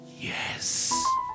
yes